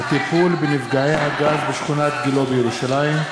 הטיפול בנפגעי אסון הגז בשכונת גילה בירושלים.